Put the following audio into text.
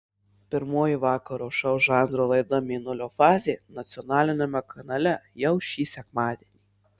pirmoji vakaro šou žanro laida mėnulio fazė nacionaliniame kanale jau šį sekmadienį